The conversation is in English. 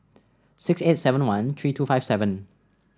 six eight seven one three two five seven